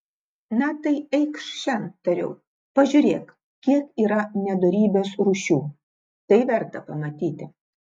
na tai eikš šen tariau pažiūrėk kiek yra nedorybės rūšių tai verta pamatyti